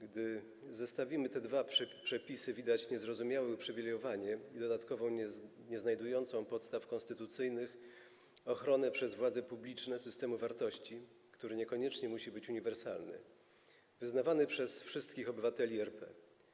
Gdy zestawimy te dwa przepisy, widać niezrozumiałe uprzywilejowanie, i dodatkowo nieznajdujące podstaw konstytucyjnych, ochrony przez władze publiczne systemu wartości, który niekoniecznie musi być uniwersalny, wyznawany przez wszystkich obywateli RP.